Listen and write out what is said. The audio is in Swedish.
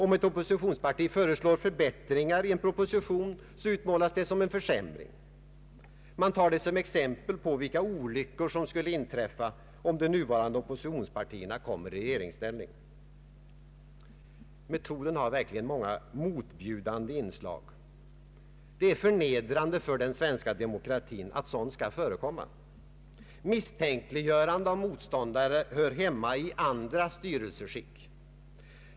Om ett oppositionsparti föreslår förbättringar i en proposition utmålas de som en försämring. Man tar det som ett exempel på vilka olyckor som skulle inträffa om de nuvarande oppositionspartierna kommer i ringsställning. Metoden har verkligen många motbjudande inslag. Det är förnedrande för den svenska demokratin att sådant skall förekomma. Misstänkliggörande av motståndare hör hemma i andra styrelseskick.